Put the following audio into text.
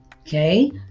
okay